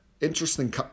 interesting